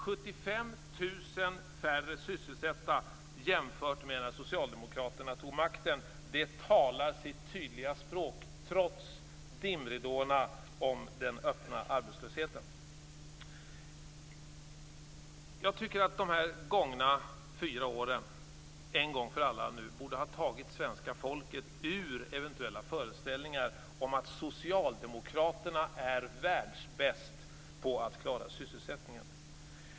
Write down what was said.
75 000 färre sysselsatta jämfört med när Socialdemokraterna tog makten talar sitt tydliga språk, trots dimridåerna om den öppna arbetslösheten. Jag tycker att de gångna fyra åren en gång för alla borde ha tagit svenska folket ur eventuella föreställningar om att Socialdemokraterna är världsbäst på att klara sysselsättningen.